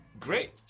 Great